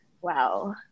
wow